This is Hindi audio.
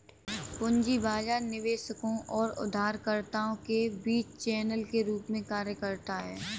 पूंजी बाजार निवेशकों और उधारकर्ताओं के बीच चैनल के रूप में कार्य करता है